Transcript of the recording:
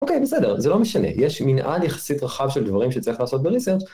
אוקיי, בסדר, זה לא משנה. יש מנהל יחסית רחב של דברים שצריך לעשות בresearch.